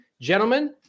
Gentlemen